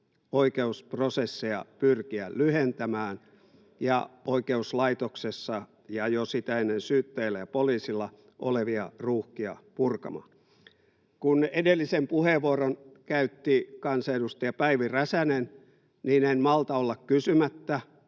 oikeusprosesseja pyrkiä lyhentämään oikeuslaitoksessa ja jo sitä ennen syyttäjällä ja poliisilla olevia ruuhkia purkamaan. Kun edellisen puheenvuoron käytti kansanedustaja Päivi Räsänen, niin en malta olla kysymättä,